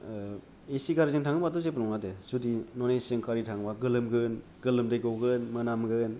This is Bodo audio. ए सि गारिजों थाङोबाथ' जेबो नङा दे जुदि नन ए सि गारि थाङोबा गोलोमगोन गोलोमदै गगोन मोनामगोन